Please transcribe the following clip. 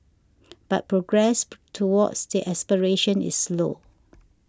but progress towards that aspiration is slow